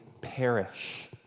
perish